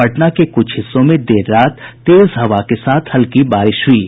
पटना के कुछ हिस्सों में देर रात तेज हवा के साथ हल्की बारिश हुयी है